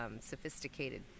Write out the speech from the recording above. sophisticated